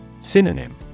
Synonym